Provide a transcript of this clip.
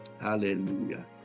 Hallelujah